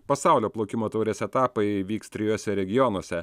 pasaulio plaukimo taurės etapai vyks trijuose regionuose